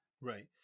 Right